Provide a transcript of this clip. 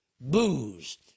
booze